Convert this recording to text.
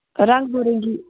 رَنٛگ بہ رٔنٛگی